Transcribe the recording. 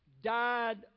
Died